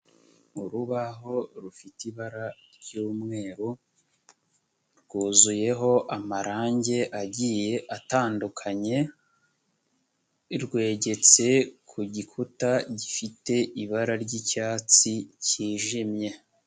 Urubaho rufite ibara ry'umweru, rwuzuyeho amarangi agiye atandukanye, rwegetse ku gikuta gifite ibara ry'icyatsi kijimye.